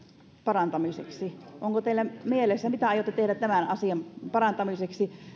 parantamiseksi onko teillä mielessä mitä aiotte tehdä tämän asian parantamiseksi